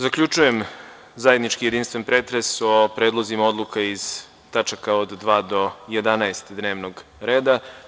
Zaključujem zajednički jedinstven pretres o predlozima odluka iz tačaka od 2. do 11. dnevnog reda.